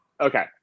Okay